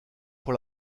pour